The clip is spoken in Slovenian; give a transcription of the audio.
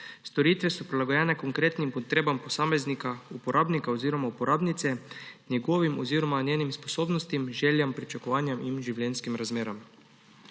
Storitve so prilagojene konkretnim potrebam posameznika uporabnika oziroma uporabnice, njegovim oziroma njenim sposobnostim, željam, pričakovanjem in življenjskim razmeram.